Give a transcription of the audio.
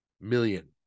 million